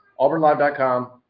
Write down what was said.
AuburnLive.com